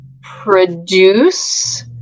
produce